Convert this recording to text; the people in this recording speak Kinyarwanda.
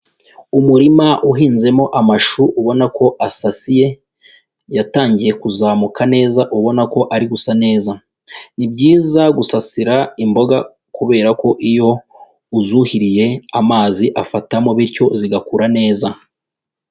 Umurima uhinzemo amashu ubona ko asasiye yatangiye kuzamuka neza ubona ko ari gusa neza, Ni byiza gusasira imboga kubera ko iyo uzuhiriye amazi afatamo bityo zigakura neza.